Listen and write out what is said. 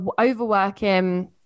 overworking